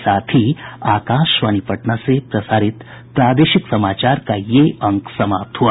इसके साथ ही आकाशवाणी पटना से प्रसारित प्रादेशिक समाचार का ये अंक समाप्त हुआ